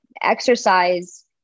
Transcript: exercise